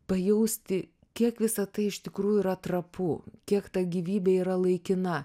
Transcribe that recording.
pajausti kiek visa tai iš tikrųjų yra trapu kiek ta gyvybė yra laikina